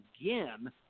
again